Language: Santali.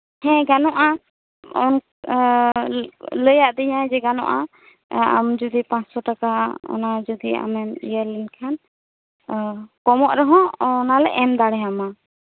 ᱜᱟᱱᱚᱜᱼᱟ ᱞᱟᱹᱭ ᱟᱹᱫᱤᱧ ᱟᱭ ᱡᱮ ᱜᱟᱱᱚᱜᱼᱟ ᱟᱢ ᱡᱚᱫᱤ ᱯᱟᱸᱪᱥᱳ ᱴᱟᱠᱟ ᱡᱚᱫᱤ ᱟᱢᱮᱢ ᱤᱭᱟᱹ ᱞᱮᱠᱷᱟᱱ ᱳ ᱠᱚᱢᱚᱜ ᱨᱮᱦᱚᱸ ᱟᱢᱞᱮ ᱮᱢ ᱫᱟᱲᱮ ᱟᱢᱟ